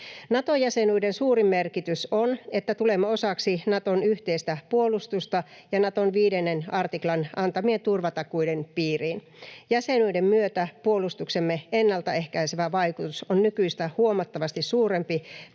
Nato-jäsenyyden suurin merkitys on, että tulemme osaksi Naton yhteistä puolustusta ja Naton 5 artiklan antamien turvatakuiden piiriin. Jäsenyyden myötä puolustuksemme ennaltaehkäisevä vaikutus on nykyistä huomattavasti suurempi,